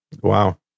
Wow